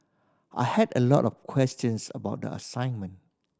I had a lot of questions about the assignment